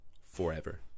Forever